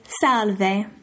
salve